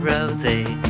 Rosie